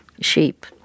sheep